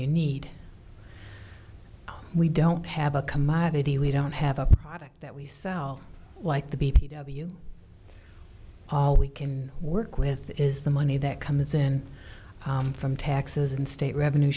you need we don't have a commodity we don't have a product that we sell like the b p w all we can work with is the money that comes in from taxes and state revenue